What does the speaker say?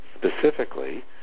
Specifically